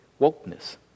wokeness